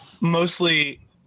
Mostly